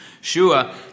Shua